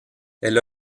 elle